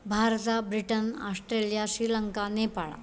भारतम् Britain Australia Sri Lanka Nepal